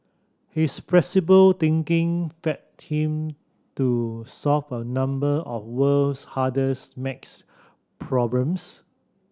his flexible thinking fed him to solve a number of world's hardest maths problems